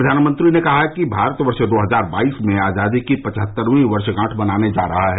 प्रधानमंत्री ने कहा कि भारत वर्ष दो हजार बाईस में आजादी की पचहत्तरवीं वर्षगांठ मनाने जा रहा है